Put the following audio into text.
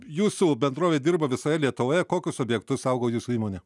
jūsų bendrovė dirba visoje lietuvoje kokius objektus saugo jūsų įmonė